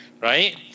right